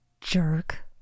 Jerk